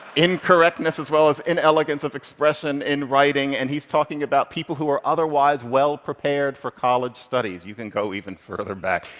incorrectness as well as inelegance of expression in writing. and he's talking about people who are otherwise well prepared for college studies. you can go even further back.